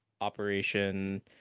Operation